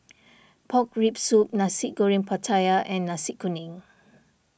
Pork Rib Soup Nasi Goreng Pattaya and Nasi Kuning